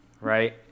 right